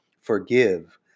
Forgive